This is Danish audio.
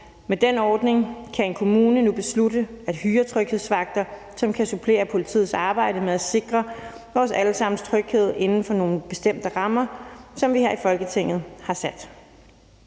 Med den ordning kan en kommune nu beslutte at hyre tryghedsvagter, som kan supplere politiets arbejde med at sikre vores alle sammens tryghed inden for nogle bestemte rammer, som vi har sat her i Folketinget.